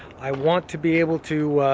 i want to be able to